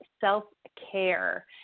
self-care